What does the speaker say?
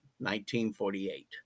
1948